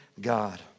God